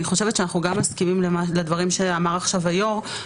אני חושבת שאנחנו גם מסכימים לדברים שאמר עכשיו היושב-ראש,